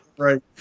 right